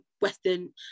Western